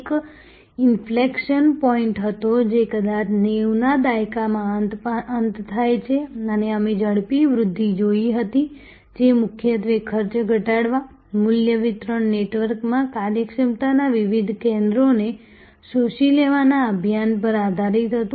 એક inflection point હતો જે કદાચ 90 ના દાયકાના અંતમાં થાય છે અને અમે ઝડપી વૃદ્ધિ જોઈ હતી જે મુખ્યત્વે ખર્ચ ઘટાડવા મૂલ્ય વિતરણ નેટવર્કમાં કાર્યક્ષમતાના વિવિધ કેન્દ્રોને શોષી લેવાના અભિયાન પર આધારિત હતું